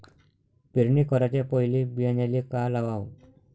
पेरणी कराच्या पयले बियान्याले का लावाव?